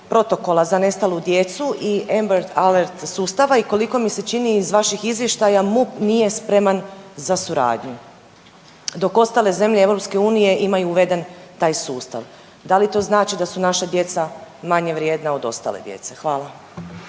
protokola za nestalu djecu i Amber alert sustava i koliko mi se čini iz vaših izvještaja MUP nije spreman za suradnju dok ostale zemlje EU imaju uveden taj sustav. Da li to znači da su naša djeca manje vrijedna od ostale djece? Hvala.